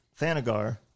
Thanagar